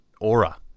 aura